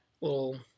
little